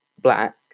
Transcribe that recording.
black